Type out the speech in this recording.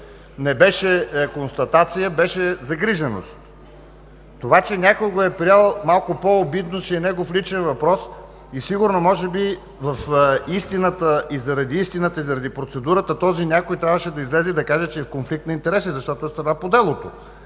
Не беше констатация, беше загриженост. Това, че някой го е приел малко по-обидно, си е негов личен въпрос и сигурно, може би в истината и заради истината, и заради процедурата този някой трябваше да излезе и да каже, че е в конфликт на интереси, защото е страна по делото.